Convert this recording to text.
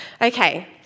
Okay